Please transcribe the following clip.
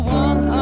one